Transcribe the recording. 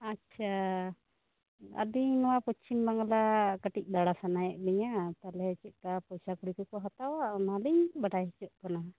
ᱟᱪᱪᱷᱟ ᱟᱫᱩᱧ ᱱᱟᱣᱟ ᱯᱚᱥᱪᱷᱤᱢ ᱵᱟᱝᱞᱟ ᱠᱟᱹᱴᱤᱡ ᱫᱟᱲᱟ ᱥᱟᱱᱟᱭᱮᱫ ᱞᱤᱧᱟᱹ ᱛᱟᱦᱚᱞᱮ ᱪᱮᱫ ᱞᱮᱠᱟ ᱯᱚᱭᱥᱟ ᱠᱚᱲᱤ ᱠᱚᱠᱚ ᱦᱟᱛᱟᱣᱟ ᱚᱱᱟᱞᱤᱧ ᱵᱟᱰᱟᱭ ᱦᱚᱪᱚᱜ ᱠᱟᱱᱟ